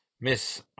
Miss